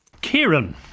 Kieran